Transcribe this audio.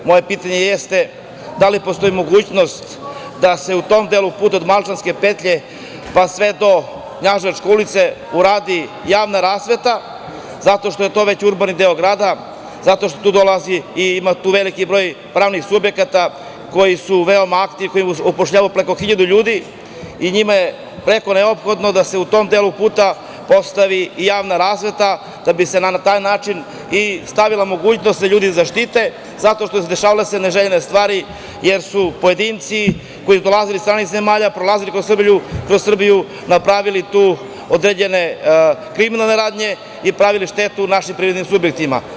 Moje pitanje jeste – da li postoji mogućnost da se u tom delu puta, od Malčanske petlje, pa sve do Knjaževačke ulice, uradi javna rasveta zato što je to već urbani deo grada, zato što tu dolazi i ima tu veliki broj pravnih subjekata koji su veoma aktivni, koji upošljavaju preko 1.000 ljudi i njima je preko neophodno da se u tom delu puta postavi javna rasveta da bi se na taj način uspostavila mogućnost da se ljudi zaštite zato što su se dešavale neželjene stvari, jer su pojedinci koji su dolazili iz stranih zemalja, prolazili kroz Srbiju, napravili tu određene kriminalne radnje i pravili štetu našim privrednim subjektima?